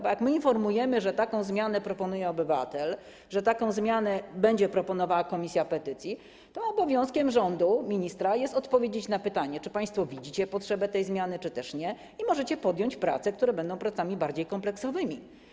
Bo jak my informujemy, że taką zmianę proponuje obywatel, że taką zmianę będzie proponowała komisja petycji, to obowiązkiem rządu, ministra jest odpowiedzieć na pytanie, czy państwo widzicie potrzebę tej zmiany czy też nie, i ewentualnie podjąć prace, które będą bardziej kompleksowe.